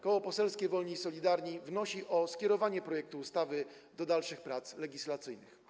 Koło Poselskie Wolni i Solidarni wnosi o skierowanie projektu ustawy do dalszych prac legislacyjnych.